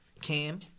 Cam